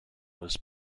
was